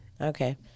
Okay